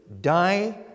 die